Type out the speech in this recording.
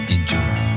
Enjoy